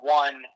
one